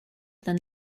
than